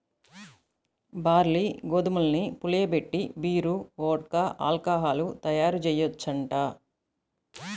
barley, గోధుమల్ని పులియబెట్టి beer, vodka, alcohol తయ్యారుజెయ్యొచ్చంట